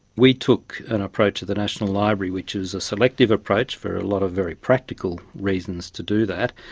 we took an approach at the national library which is a selective approach for a lot of very practical reasons to do that,